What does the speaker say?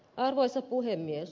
arvoisa puhemies